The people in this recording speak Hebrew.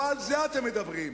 לא על זה אתם מדברים.